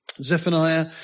Zephaniah